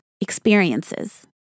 experiences